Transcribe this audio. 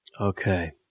Okay